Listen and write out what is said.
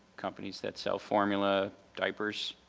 companies that sell formula, diapers,